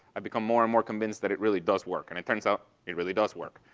i've become more and more convinced that it really does work. and it turns out it really does work.